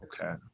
Okay